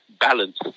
balance